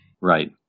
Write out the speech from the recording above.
Right